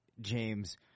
James